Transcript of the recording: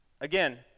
Again